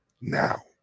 now